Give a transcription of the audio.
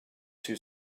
too